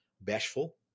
bashful